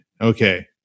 okay